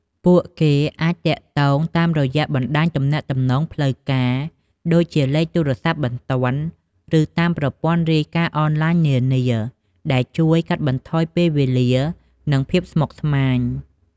ពួកគេអាចទាក់ទងតាមរយបណ្តាញទំនាក់ទំនងផ្លូវការ ដូចជាលេខទូរស័ព្ទបន្ទាន់ ឬតាមប្រព័ន្ធរាយការណ៍អនឡាញនានា ដែលជួយកាត់បន្ថយពេលវេលា និងភាពស្មុគស្មាញ។